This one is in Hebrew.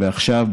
ועכשיו,